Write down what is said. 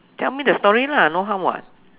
tell me the story lah no harm [what]